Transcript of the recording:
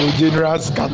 generous